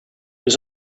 was